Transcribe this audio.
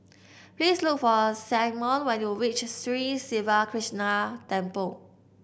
please look for Symone when you reach Sri Siva Krishna Temple